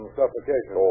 suffocation